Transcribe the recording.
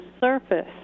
surface